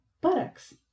buttocks